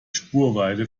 spurweite